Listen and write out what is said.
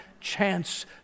Chance